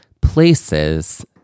places